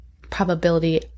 probability